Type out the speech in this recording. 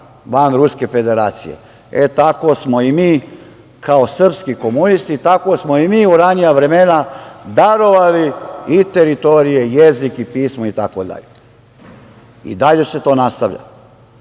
van Ruske Federacije. E, tako smo i mi, kao srpski komunisti, tako smo i mi u ranija vremena darovali i teritorije i jezik i pismo itd. I dalje se to nastavlja. Odjednom